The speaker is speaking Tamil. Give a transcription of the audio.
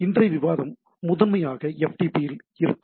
இன்றைய விவாதம் முதன்மையாக FTP இல் இருக்கும்